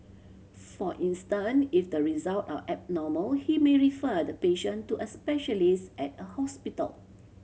for instance if the result are abnormal he may refer the patient to a specialist at a hospital